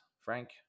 frank